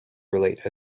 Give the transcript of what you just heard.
relate